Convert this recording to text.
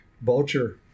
Vulture